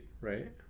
Right